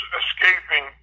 escaping